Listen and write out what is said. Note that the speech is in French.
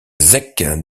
zec